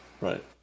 Right